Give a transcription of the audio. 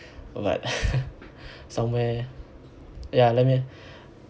but somewhere ya let me